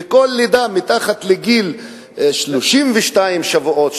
וכל לידה מתחת לגיל 32 שבועות,